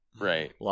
Right